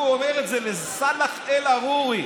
הוא אומר את זה לסאלח אל-עארורי,